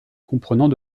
comprenant